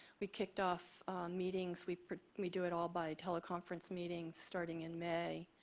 we kicked off meetings. we we do it all by teleconference meetings starting in may.